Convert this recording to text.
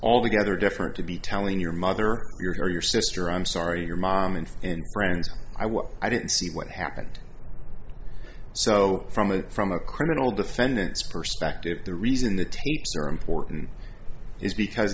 all together different to be telling your mother your sister i'm sorry your mom and and friends i well i didn't see what happened so from a from a criminal defendants perspective the reason the tapes are important is because